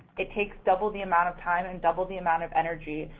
it takes double the amount of time and double the amount of energy.